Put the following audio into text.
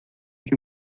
que